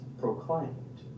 proclaimed